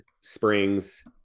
springs